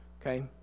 okay